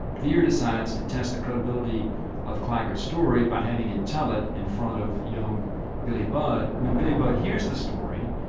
vere decides to test the credibility of claggart's story by having him tell it in front of young billy budd. when billy budd hears the story,